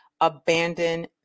abandon